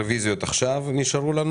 הצבעה לא התקבלה הרוויזיה לא התקבלה.